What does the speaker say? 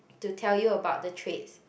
to tell you about the traits